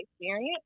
experience